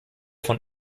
von